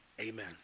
Amen